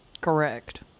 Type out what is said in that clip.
Correct